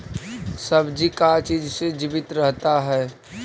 सब्जी का चीज से जीवित रहता है?